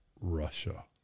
Russia